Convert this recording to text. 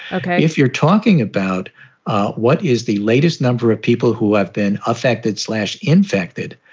okay. if you're talking about what is the latest number of people who have been affected, slash infected,